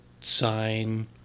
sign